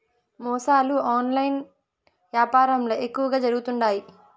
మోసాలు ఆన్లైన్ యాపారంల ఎక్కువగా జరుగుతుండాయి